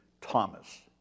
Thomas